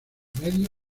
medio